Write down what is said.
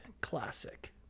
Classic